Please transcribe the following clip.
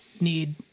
need